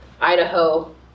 Idaho